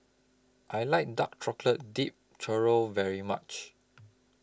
I like Dark Chocolate Dipped Churro very much